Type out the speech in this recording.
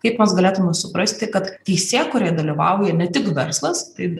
kaip mes galėtume suprasti kad teisėkūroje dalyvauja ne tik verslas taip